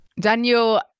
Daniel